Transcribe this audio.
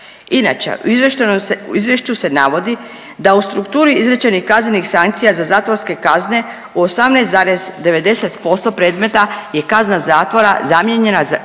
Inače, u izvješću se navodi da u strukturi izrečenih kaznenih sankcija za zatvorske kazne u 18,90% predmeta je kazna zatvora zamijenjena